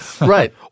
Right